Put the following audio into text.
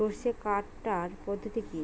সরষে কাটার পদ্ধতি কি?